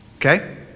Okay